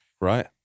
Right